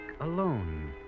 alone